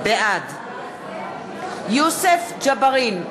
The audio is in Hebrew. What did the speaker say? בעד יוסף ג'בארין,